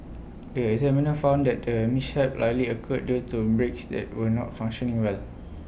the examiner found that the mishap likely occurred due to brakes that were not functioning well